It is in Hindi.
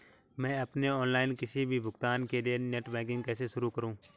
मैं अपने ऑनलाइन किसी भी भुगतान के लिए नेट बैंकिंग कैसे शुरु करूँ?